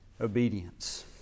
obedience